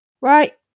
Right